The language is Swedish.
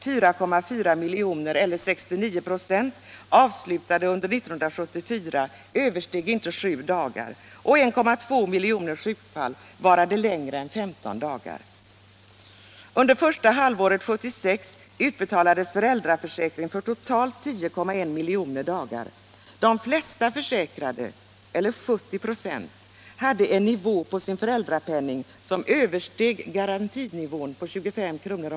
4,4 miljoner sjukfall, eller 69 96, avslutade under 1974 översteg inte sju dagar, och 1,2 miljoner sjukfall varade längre än 15 dagar. Under första halvåret 1976 utbetalades ersättning från föräldraförsäkringen för totalt 10,1 miljoner dagar. De flesta försäkrade, eller 70 96, hade en nivå på sin föräldrapenning som översteg garantinivån på 25 kr.